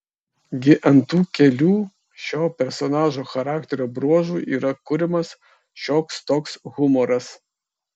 gi ant tų kelių šio personažo charakterio bruožų yra kuriamas šioks toks humoras